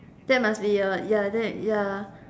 that must be a ya that ya